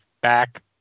back